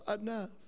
enough